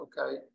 okay